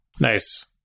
Nice